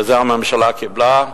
את זה הממשלה קיבלה.